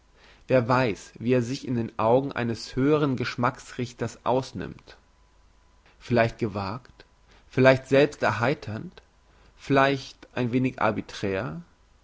wer weiss wie er sich in den augen eines höheren geschmacksrichters ausnimmt vielleicht gewagt vielleicht selbst erheiternd vielleicht ein wenig